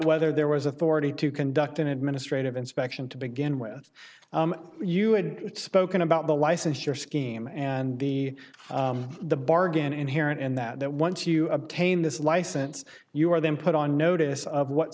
whether there was authority to conduct an administrative inspection to begin with you had spoken about the license your scheme and the the bargain inherent in that that once you obtained this license you were then put on notice of what